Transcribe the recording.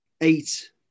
eight